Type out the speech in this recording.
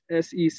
SEC